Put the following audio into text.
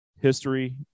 history